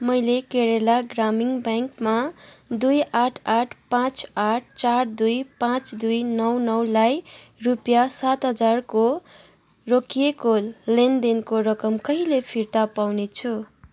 मैले केरला ग्रामीण ब्याङ्कमा दुई आठ आठ पाँच आठ चार दुई पाँच दुई नौ नौलाई रुपियाँ सात हजारको रोकिएको लेनदेनको रकम कहिले फिर्ता पाउनेछु